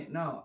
no